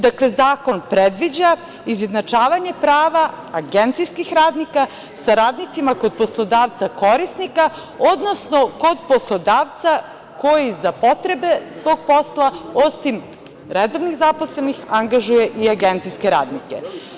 Dakle, zakon predviđa izjednačavanje prava agencijskih radnika sa radnicima kod poslodavca korisnika, odnosno kod poslodavca koji za potrebe svog posla, osim redovnih zaposlenih, angažuje i agencijske radnike.